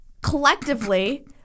collectively